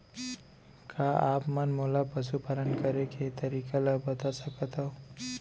का आप मन मोला पशुपालन करे के तरीका ल बता सकथव?